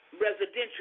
residential